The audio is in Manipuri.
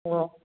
ꯑꯣ